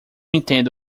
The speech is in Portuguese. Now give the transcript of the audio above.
entendo